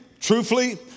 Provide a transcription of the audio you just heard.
Truthfully